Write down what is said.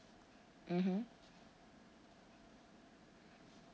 mmhmm